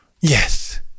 yes